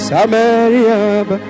Samaria